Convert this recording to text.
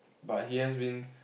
but he has been